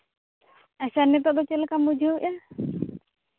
ᱟᱪᱪᱷᱟ ᱱᱤᱛᱚᱜ ᱫᱚ ᱪᱮᱫ ᱞᱮᱠᱟᱢ ᱵᱩᱡᱷᱟᱹᱣᱮᱫᱼᱟ